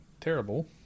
terrible